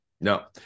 No